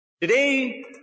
Today